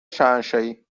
شاهنشاهی